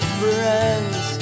friends